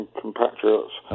compatriots